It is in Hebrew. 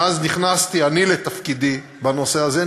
מאז נכנסתי אני לתפקידי בנושא הזה,